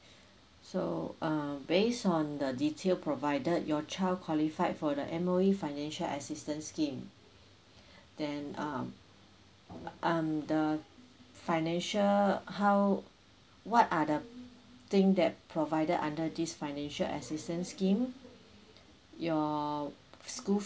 so uh based on the detail provided your child qualified for the M_O_E financial assistance scheme then um um the financial how what are the thing that provided under this financial assistance scheme your school